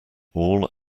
all